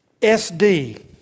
SD